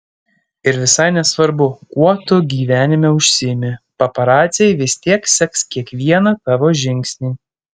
ir visai nesvarbu kuo tu gyvenime užsiimi paparaciai vis tiek seks kiekvieną tavo žingsnį